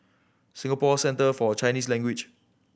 Singapore Centre For Chinese Language